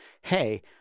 hey